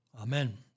Amen